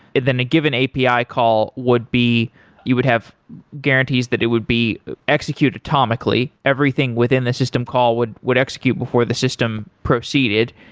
then a given api call would be you would have guarantees that it would be executed atomically. everything within the system call would would execute before the system proceeded.